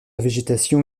végétation